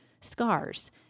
scars